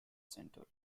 centre